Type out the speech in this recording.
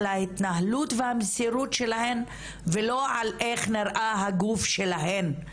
על ההתנהלות והמסירות שלהן ולא על איך נראה הגוף שלהן.